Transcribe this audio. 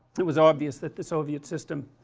it was obvious that the soviet system,